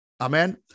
Amen